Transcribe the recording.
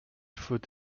faut